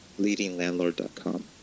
leadinglandlord.com